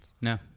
No